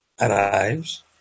arrives